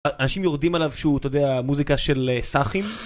אנשים יורדים עליו שהוא, אתה יודע, המוזיקה של סאחים